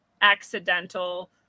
accidental